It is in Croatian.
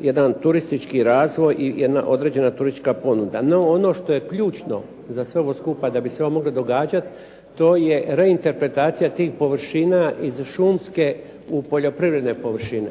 jedan turistički razvoj i jedna određena turistička ponuda. No ono što je ključno za sve ovo skupo, da bi se ovo moglo događati, to je reinterpretacija tih površina iz šumske u poljoprivredne površine.